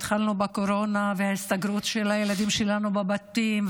התחלנו בקורונה וההסתגרות של הילדים שלנו בבתים,